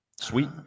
Sweet